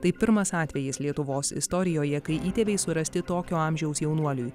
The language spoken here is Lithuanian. tai pirmas atvejis lietuvos istorijoje kai įtėviai surasti tokio amžiaus jaunuoliui